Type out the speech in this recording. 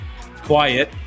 quiet